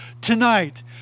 tonight